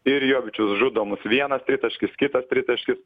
ir jovičius žudo mus vienas tritaškis kitas tritaškis